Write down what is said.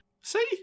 See